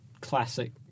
classic